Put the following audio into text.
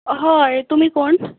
हय तुमी कोण